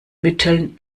mitteln